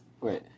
wait